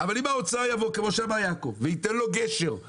אבל אם האוצר יבוא כמו שאמר יעקב ויתן לו גשר,